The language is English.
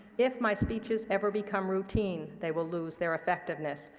if my speeches ever become routine, they will lose their effectiveness.